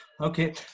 Okay